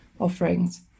offerings